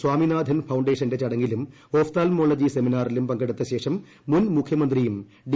സ്വാമിനാഥൻ ഫൌണ്ടേഷന്റെ ചടങ്ങിലും ഓഫ്താൽമോളജി സെമിനാറിലും പങ്കെടുത്തശേഷം മുൻ ് മുഖ്യമന്ത്രിയും ഡി